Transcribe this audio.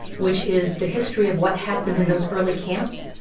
which is the history of what happened in those early camps,